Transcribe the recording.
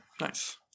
Nice